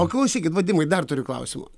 o klausykit vadimai dar turiu klausimą